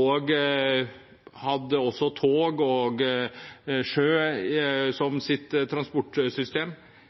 og ha tog og sjø som sine transportsystem.